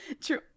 True